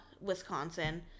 Wisconsin